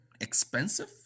expensive